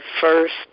first